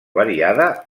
variada